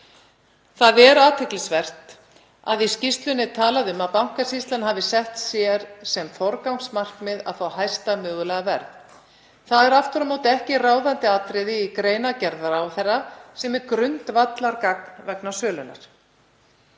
Það er athyglisvert að í skýrslunni er talað um að Bankasýslan hafi sett sér sem forgangsmarkmið að fá hæsta mögulega verð. Það er aftur á móti ekki ráðandi atriði í greinargerð ráðherra sem er grundvallargagn vegna sölunnar.